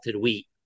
wheat